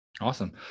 Awesome